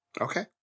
Okay